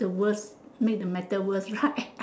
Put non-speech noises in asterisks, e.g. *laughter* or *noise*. the worse make the matter worse *laughs* right